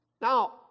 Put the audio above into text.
now